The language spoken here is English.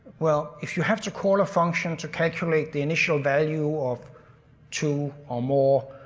well, if you have to call a function to calculate the initial value of two or more.